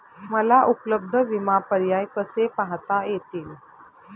मला उपलब्ध विमा पर्याय कसे पाहता येतील?